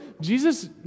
Jesus